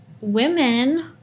women